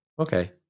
Okay